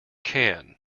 can